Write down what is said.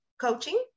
coaching